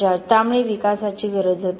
George त्यामुळे विकासाची गरज होती